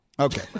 Okay